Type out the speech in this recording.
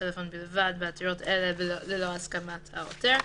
טלפון בלבד בעתירות אלה ללא הסכמת העותר.